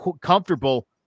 comfortable